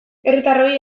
herritarroi